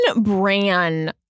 Bran